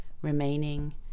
remaining